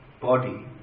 body